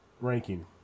ranking